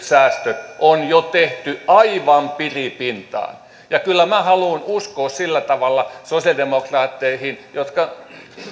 säästöt on jo tehty aivan piripintaan ja kyllä minä haluan uskoa sillä tavalla sosialidemokraatteihin että